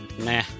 Nah